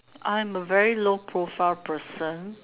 I'm a very low profile person